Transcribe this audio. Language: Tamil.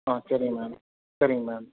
ஆ சரிங்க மேம் சரிங்க மேம்